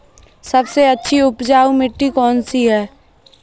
सबसे अच्छी उपजाऊ मिट्टी कौन सी है?